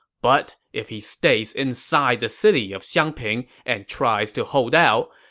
but if he stays inside the city of xiangping and try to hold out,